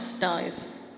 dies